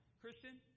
Christian